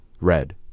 Red